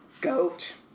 Goat